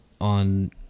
on